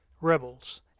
rebels